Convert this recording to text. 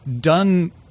done